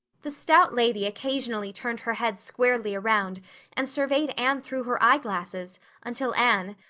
the stout lady occasionally turned her head squarely around and surveyed anne through her eyeglasses until anne,